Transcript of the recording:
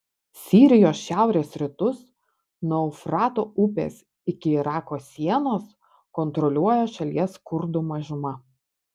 sirijos šiaurės rytus nuo eufrato upės iki irako sienos kontroliuoja šalies kurdų mažuma